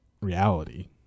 reality